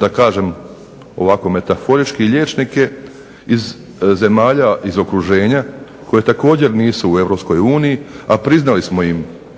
da kažem ovako metaforički liječnike iz zemalja iz okruženja koje također nisu u EU, a priznali smo im